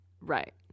Right